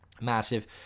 Massive